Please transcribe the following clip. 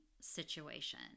situation